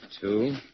Two